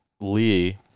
Lee